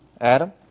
Adam